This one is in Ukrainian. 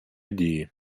дії